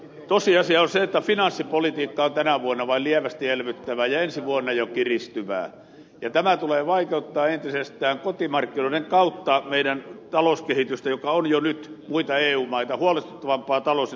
tosiasia on se että finanssipolitiikka on tänä vuonna vain lievästi elvyttävää ja ensi vuonna jo kiristyvää ja tämä tulee vaikeuttamaan entisestään kotimarkkinoiden kautta meidän talouskehitystämme joka on jo nyt muita eu maita huolestuttavampaa talous ja työllisyysmielessä